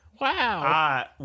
Wow